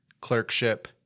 Clerkship